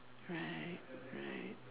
right right